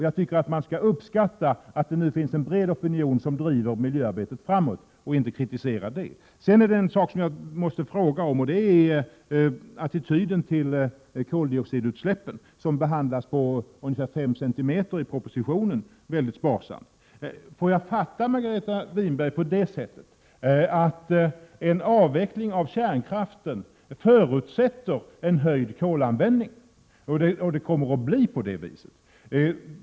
Jag tycker att man skall uppskatta att det nu finns en bred opinion som driver miljöarbetet framåt och inte kritiserar det. En sak som jag måste fråga om gäller attityden till koldioxidutsläppen, som i propositionen behandlas i en text som är ungefär fem centimeter lång, dvs. väldigt sparsamt. Skall jag förstå Margareta Winberg på det sättet att en avveckling av kärnkraften förutsätter en höjd kolanvändning? Kommer det att bli på det viset?